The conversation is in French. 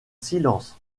silence